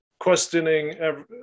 questioning